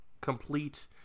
complete